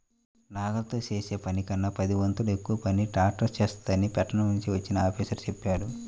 నాగలితో చేసే పనికన్నా పదొంతులు ఎక్కువ పని ట్రాక్టర్ చేత్తదని పట్నం నుంచి వచ్చిన ఆఫీసరు చెప్పాడు